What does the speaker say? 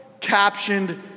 captioned